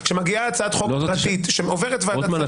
כשמגיעה הצעת חוק פרטית שעוברת ועדת שרים,